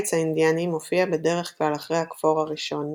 הקיץ האינדיאני מופיע בדרך כלל אחרי הכפור הראשון,